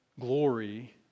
glory